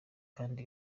kandi